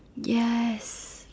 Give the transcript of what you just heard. yes